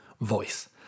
voice